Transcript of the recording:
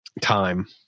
time